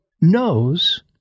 knows